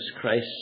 Christ